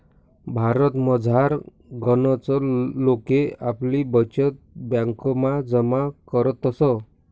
भारतमझार गनच लोके आपली बचत ब्यांकमा जमा करतस